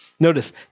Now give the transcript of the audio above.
Notice